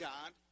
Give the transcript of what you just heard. God